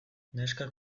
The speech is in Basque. neskak